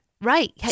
Right